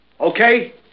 Okay